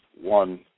one